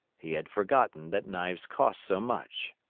he had forgotten that knives cost so much.